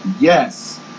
yes